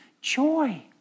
joy